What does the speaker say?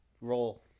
Roll